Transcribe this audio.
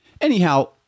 Anyhow